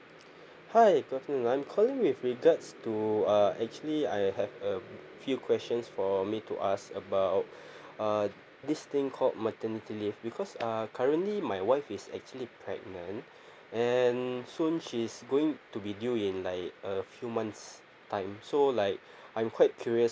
hi good afternoon I'm calling with regards to uh actually I have a few questions for me to ask about uh this thing called maternity leave because err currently my wife is actually pregnant and soon she's going to be due in like a few months time so like I'm quite curious